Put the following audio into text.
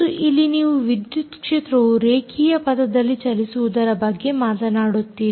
ಮತ್ತು ಇಲ್ಲಿ ನೀವು ವಿದ್ಯುತ್ ಕ್ಷೇತ್ರವು ರೇಖೀಯ ಪಥದಲ್ಲಿ ಚಲಿಸುವುದರ ಬಗ್ಗೆ ಮಾತನಾಡುತ್ತೀರಿ